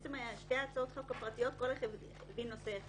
שתי הצעות החוק הפרטיות הן נושא אחד